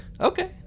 okay